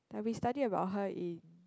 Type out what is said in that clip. like we study about how in